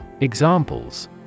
Examples